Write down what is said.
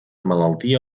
malaltia